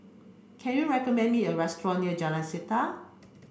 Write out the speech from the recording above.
can you recommend me a restaurant near Jalan Setia